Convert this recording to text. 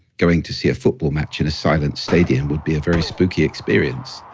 going to see a football match in a silent stadium would be a very spooky experience.